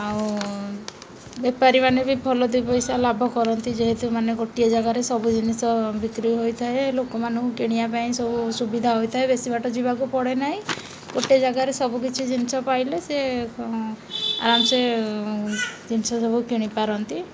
ଆଉ ବେପାରୀମାନେ ବି ଭଲ ଦୁଇ ପଇସା ଲାଭ କରନ୍ତି ଯେହେତୁ ମାନେ ଗୋଟିଏ ଜାଗାରେ ସବୁ ଜିନିଷ ବିକ୍ରି ହୋଇଥାଏ ଲୋକମାନଙ୍କୁ କିଣିବା ପାଇଁ ସବୁ ସୁବିଧା ହୋଇଥାଏ ବେଶୀ ବାଟ ଯିବାକୁ ପଡ଼େ ନାହିଁ ଗୋଟିଏ ଜାଗାରେ ସବୁକିଛି ଜିନିଷ ପାଇଲେ ସେ ଆରାମ ସେ ଜିନିଷ ସବୁ କିଣିପାରନ୍ତି